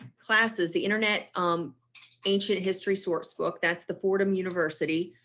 classes, the internet. i'm ancient history source book that's the fordham university.